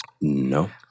No